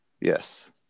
Yes